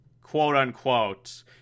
quote-unquote